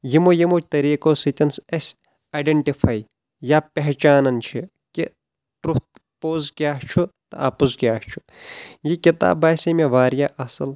یمو یمو طٔریقو سۭتۍ اسۍ ایڈیٚنٹفے یا پہچانن چھِ کہِ ٹرُتھ پوٚز کیاہ چھُ تہٕ اپُز کیاہ چھُ یہِ کتاب باسیٚیہِ مےٚ واریاہ اصل